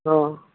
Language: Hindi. हाँ